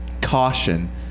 caution